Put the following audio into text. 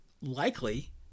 likely